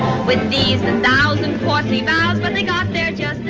with these a thousand portly miles when they got there and yeah